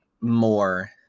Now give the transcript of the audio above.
more